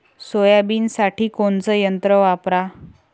सोयाबीनसाठी कोनचं यंत्र वापरा?